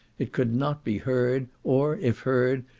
it could not be heard, or, if heard,